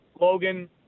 Logan